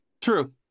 true